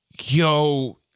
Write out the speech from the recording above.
Yo